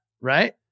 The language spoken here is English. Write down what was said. Right